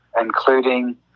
including